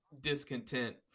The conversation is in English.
discontent